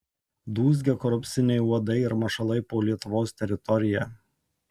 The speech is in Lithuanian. dūzgia korupciniai uodai ir mašalai po lietuvos teritoriją